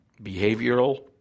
behavioral